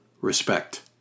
respect